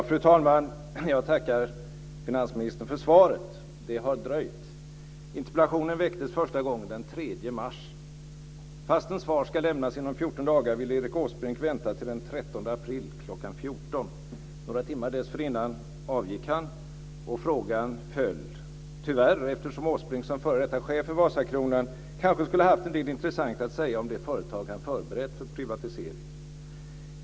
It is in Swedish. Fru talman! Jag tackar finansministern för svaret. Det har dröjt. Interpellationen väcktes första gången den 3 mars. Fastän svar ska lämnas inom 14 dagar ville Erik Åsbrink vänta till den 13 april kl. 14. Några timmar dessförinnan avgick han, och interpellationen föll - tyvärr, eftersom Åsbrink som f.d. chef för Vasakronan kanske skulle ha haft en del intressant att säga om det företag som han förberett för privatisering.